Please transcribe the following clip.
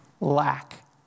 lack